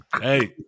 hey